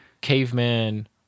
caveman